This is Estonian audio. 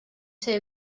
see